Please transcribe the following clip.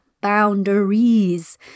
Boundaries